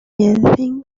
anything